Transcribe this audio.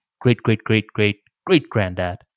great-great-great-great-great-granddad